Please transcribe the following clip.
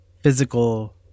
physical